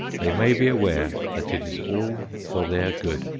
they may be aware that it is all for their good.